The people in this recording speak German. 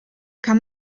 kann